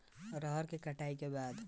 रहर के कटाई के बाद सफाई करेके तरीका बताइ?